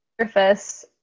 surface